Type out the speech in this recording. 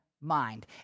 mind